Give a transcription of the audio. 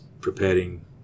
preparing